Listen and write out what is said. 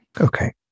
Okay